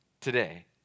today